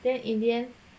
then in the end